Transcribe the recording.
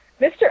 Mr